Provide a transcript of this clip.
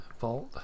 vault